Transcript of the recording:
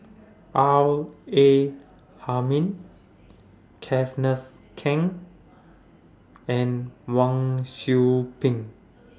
R A Hamid Kenneth Keng and Wang Sui Pick